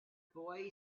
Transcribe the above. boy